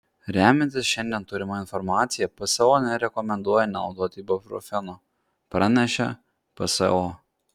remiantis šiandien turima informacija pso nerekomenduoja nenaudoti ibuprofeno pranešė pso